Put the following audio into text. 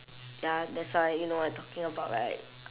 ya that's why you know what I talking about right